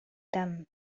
them